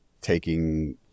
taking